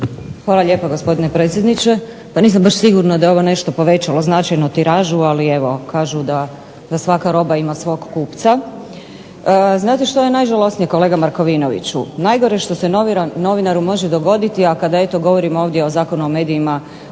Hvala lijepa, gospodine predsjedniče. Pa nisam baš sigurna da je ovo nešto povećalo značajno tiražu ali evo, kažu da svaka roba ima svog kupca. Znate što je najžalosnije, kolega Markovinoviću? Najgore što se novinaru može dogoditi, a kada eto govorimo ovdje o Zakonu o medijima